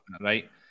Right